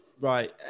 Right